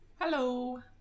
Hello